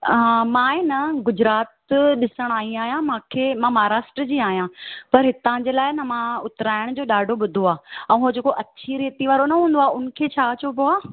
मां आहे न गुजरात ॾिसणु आई आहियां मूंखे मां महाराष्ट्र जी आहियां पर हितां जे लाइ न मां उतराइणु जो ॾाढो ॿुधो आहे ऐं हो जेको अछी रेतीअ वारो न हूंदो आहे उनखे छा चइबो आहे